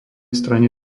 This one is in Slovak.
strane